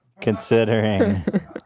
Considering